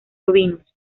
ovinos